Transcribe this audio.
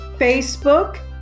Facebook